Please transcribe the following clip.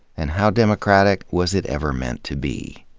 and how democratic was it ever meant to be?